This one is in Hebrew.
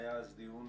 היה אז דיון